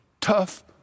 tough